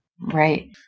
Right